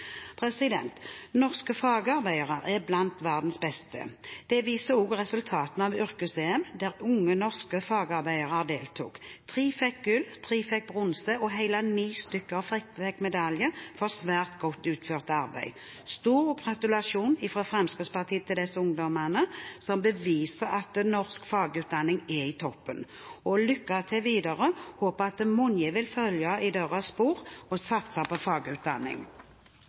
Norske fagarbeidere er blant verdens beste. Det viser også resultatene av Yrkes-EM, der unge norske fagarbeidere deltok. Tre fikk gull, tre fikk bronse, og hele ni stykker fikk medalje for svært godt utført arbeid. Stor gratulasjon fra Fremskrittspartiet til disse ungdommene, som beviser at norsk fagutdanning er i toppen! Og lykke til videre – jeg håper at mange vil følge i deres spor og satse på fagutdanning!